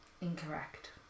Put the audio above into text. Incorrect